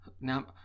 Now